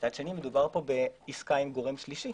מצד שני, מדובר פה בעסקה עם גורם שלישי.